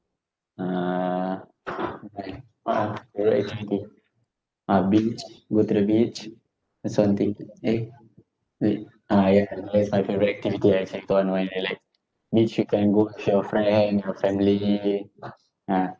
uh like what ah favourite activity ah beach go to the beach that's one thing eh wait ah ya that's my favourite activity ah actually to unwind and relax beach you can go with your friend your family ah